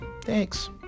Thanks